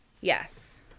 yes